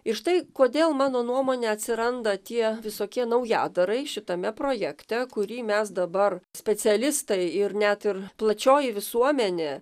ir štai kodėl mano nuomone atsiranda tie visokie naujadarai šitame projekte kurį mes dabar specialistai ir net ir plačioji visuomenė